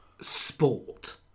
Sport